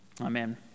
amen